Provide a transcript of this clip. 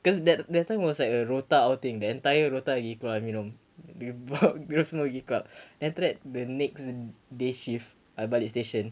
cause that that time was like a rohtak outing the entire rohtak you know b~ b~ because no then after that the next day shift I balik station